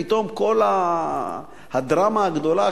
פתאום כל הדרמה הגדולה,